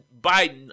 Biden